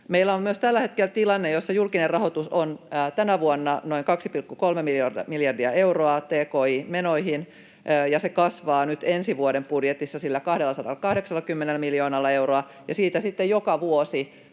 Meillä on myös tällä hetkellä tilanne, jossa julkinen rahoitus on tänä vuonna noin 2,3 miljardia euroa tki-menoihin, ja se kasvaa nyt ensi vuoden budjetissa sillä 280 miljoonalla eurolla ja siitä sitten joka vuosi